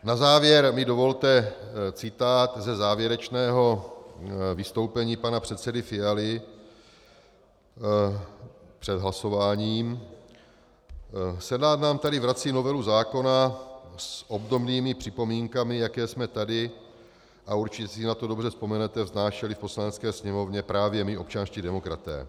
Na závěr mi dovolte citát ze závěrečného vystoupení pana předsedy Fialy před hlasováním: Senát nám tady vrací novelu zákona s obdobnými připomínkami, jaké jsme tady, a určitě si na to dobře vzpomenete, vznášeli v Poslanecké sněmovně právě my občanští demokraté.